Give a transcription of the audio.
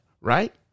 right